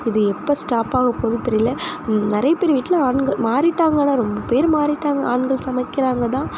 இது எப்போது ஸ்டாப் ஆக போகுது தெரியலை நிறைய பேர் வீட்டில் ஆண்கள் மாறிட்டாங்க ஆனால் ரொம்ப பேர் மாறிட்டாங்க ஆண்கள் சமைக்கிறாங்க தான்